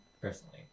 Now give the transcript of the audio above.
Personally